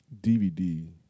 DVD